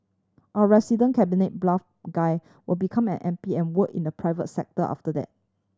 our resident cabinet guy will become an M P and work in the private sector after that